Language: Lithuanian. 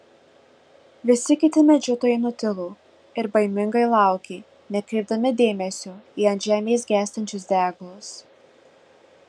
visi kiti medžiotojai nutilo ir baimingai laukė nekreipdami dėmesio į ant žemės gęstančius deglus